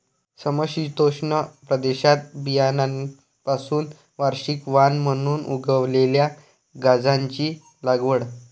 समशीतोष्ण प्रदेशात बियाण्यांपासून वार्षिक वाण म्हणून उगवलेल्या गांजाची लागवड